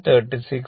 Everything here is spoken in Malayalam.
9 o